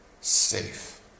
safe